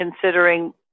considering